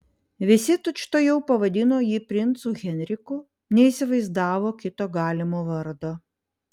visi tučtuojau pavadino jį princu henriku neįsivaizdavo kito galimo vardo